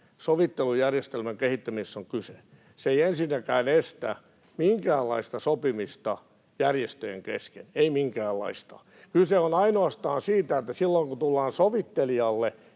sovittelujärjestelmän kehittämisessä on kyse? Se ei ensinnäkään estä minkäänlaista sopimista järjestöjen kesken, ei minkäänlaista. Kyse on ainoastaan siitä, että silloin kun tullaan sovittelijalle,